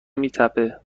میتپه